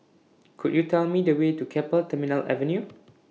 Could YOU Tell Me The Way to Keppel Terminal Avenue